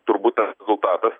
turbūt tas rezultatas